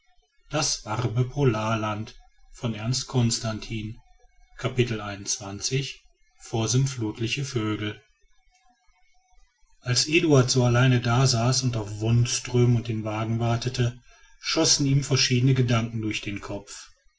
constantin als eduard so allein da saß und auf wonström und den wagen wartete schossen ihm verschiedene gedanken durch den kopf